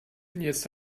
jetzt